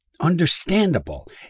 understandable